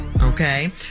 okay